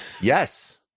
Yes